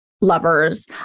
lovers